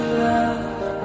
love